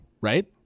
right